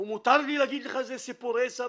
ומותר לי להגיד לך שזה סיפורי סבתא.